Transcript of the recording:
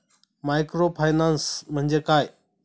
Microfinance म्हणजे काय?